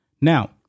Now